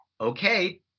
okay